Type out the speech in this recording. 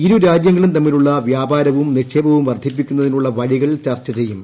ഇരു രാജ്യങ്ങളും തമ്മിലുള്ള വ്യാപരവും നിക്ഷേപവും വർദ്ധിപ്പിക്കുന്നതിനുള്ള വഴികൾ ചർച്ച ചെയ്യും